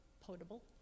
potable